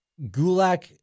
Gulak